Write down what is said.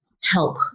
help